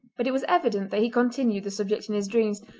but it was evident that he continued the subject in his dreams,